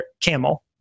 camel